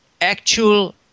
actual